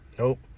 Nope